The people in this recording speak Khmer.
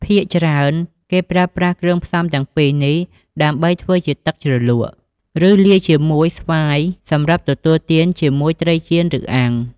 ភាគច្រើនគេប្រើប្រាស់គ្រឿងផ្សំទាំងពីរនេះដើម្បីធ្វើជាទឹកជ្រលក់ ឬលាយជាមួយស្វាយសម្រាប់ទទួលទានជាមួយត្រីចៀនឬអាំង។